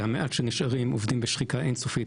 שהמעט שנשארים עובדים בשחיקה אינסופית,